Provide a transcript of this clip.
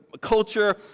culture